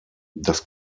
das